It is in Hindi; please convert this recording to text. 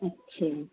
अच्छे